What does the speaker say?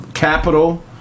Capital